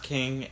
King